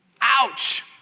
Ouch